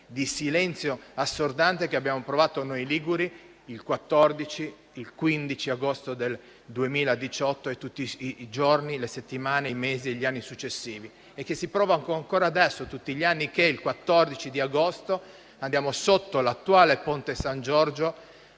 di silenzio assordante che abbiamo provato noi liguri il 14 e il 15 agosto del 2018 e tutti i giorni, le settimane, i mesi e gli anni successivi. Sono sensazioni che si provano ancora adesso tutti gli anni il 14 agosto, quando andiamo sotto l'attuale ponte San Giorgio